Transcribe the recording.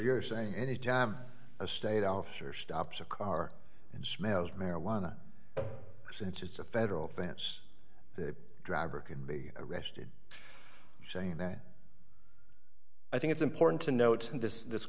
you're saying anytime a state officer stops a car and smells marijuana since it's a federal offense the driver can be arrested saying that i think it's important to note this this